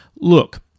Look